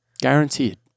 Guaranteed